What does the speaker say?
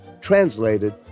translated